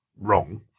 wrong